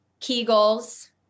Kegels